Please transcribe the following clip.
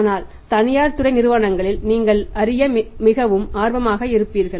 ஆனால் தனியார் துறை நிறுவனங்களில் நீங்கள் அறிய மிகவும் ஆர்வமாக இருப்பீர்கள்